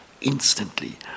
instantly